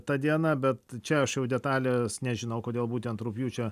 tą dieną bet čia aš jau detalės nežinau kodėl būtent rugpjūčio